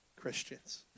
Christians